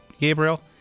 Gabriel